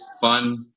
fun